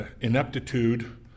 ineptitude